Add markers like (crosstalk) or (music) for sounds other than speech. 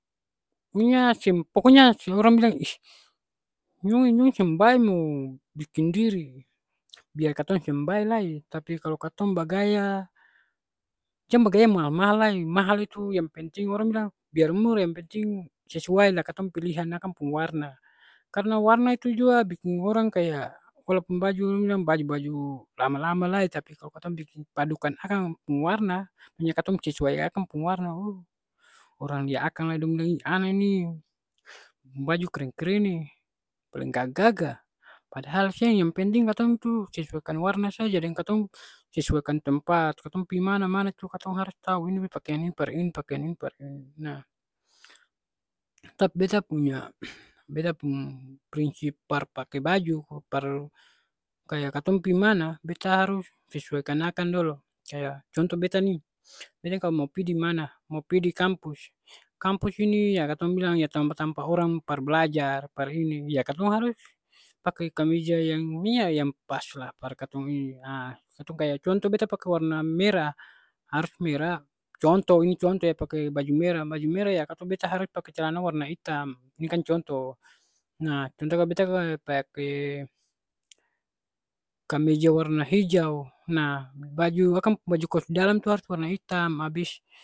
Manya seng pokonya supaya orang bilang iss nyong e nyong seng bae mo biking diri. Biar katong seng bae lai, tapi kalo katong bagaya, jang bagaya mahal-mahal lai. Mahal itu yang penting orang bilang, biar murah yang penting sesuai lah katong pilihan akang pung warna. Karna warna itu jua biking orang kaya, walaupun baju dong bilang baju-baju lama-lama lai tapi kalo biking padukan akang pung warna, manya katong sesuai akang pung warna, uw orang lia akang dong bilang lai ana ni pung baju kren-kren e, paleng gaga-gaga. Padahal seng, yang penting katong tu sesuaikan warna saja deng katong sesuaikan tempat. Katong pi mana-mana jua katong harus tau ini pakian ini par ini, pakian ini par ini. Nah, tapi beta puny (hesitation) beta pung prinsip par pake baju, par kaya katong pi mana, beta harus sesuaikan akang dolo. Kaya contoh beta ni. Beta kalo mo pi di mana, mo pi di kampus. Kampus ini ya katong bilang ya tampa-tampa orang par blajar, par ini. Ya katong harus pakai kameja yang manya yang pas lah par katong ini. Ah katong kaya contoh beta pake warna merah, harus merah, contoh ini contoh ya pakai baju merah. Baju merah ya katong beta harus pake calana warna itam. Ini kan contoh. Nah, contoh kal beta kaya pake kameja warna hijau. Nah, baju akang baju kos dalam tu harus warna itam. Abis